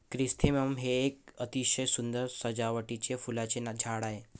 chrysanthemum हे एक अतिशय सुंदर सजावटीचे फुलांचे झाड आहे